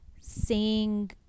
seeing